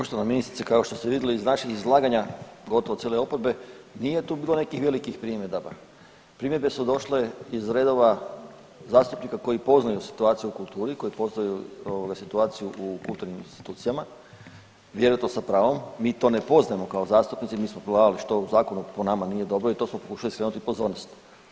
Poštovana ministrice kao što ste vidjeli iz naših izlaganja gotovo cijene oporbe nije tu bilo nekih velikih primjedaba, primjedbe su došle iz redova zastupnika koji poznaju situaciju u kulturi, koji poznaju ovoga situaciju u kulturnim institucijama, vjerojatno sa pravom, mi to ne poznajemo kao zastupnici, mi smo pogledali što u zakonu po nama nije dobro i to smo pokušali skrenuti pozornost.